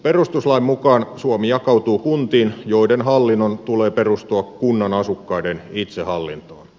perustuslain mukaan suomi jakautuu kuntiin joiden hallinnon tulee perustua kunnan asukkaiden itsehallintoon